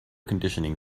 conditioning